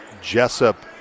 Jessup